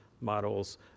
models